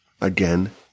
again